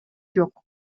жок